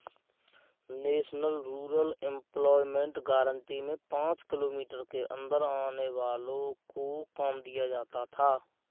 national rural employment guarantee में पांच kilometre के अंदर आने वालो को काम दिया जाता था